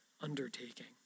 undertaking